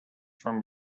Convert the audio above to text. from